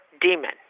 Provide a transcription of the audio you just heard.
demon